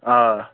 آ